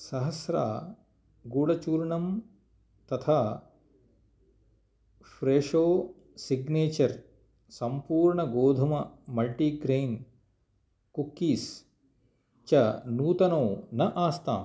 सहस्रा गुडचूर्णम् तथा Fresho Signature सम्पूर्णगोधुम मल्टिग्रैन् कुक्कीस् च नूतनो न आस्ताम्